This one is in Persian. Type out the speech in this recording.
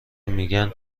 میگن